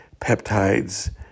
peptides